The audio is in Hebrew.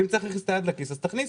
אם צריך להכניס את היד לכיס, תכניסו,